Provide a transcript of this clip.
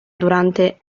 durante